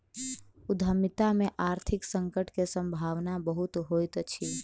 उद्यमिता में आर्थिक संकट के सम्भावना बहुत होइत अछि